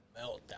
meltdown